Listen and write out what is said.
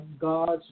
God's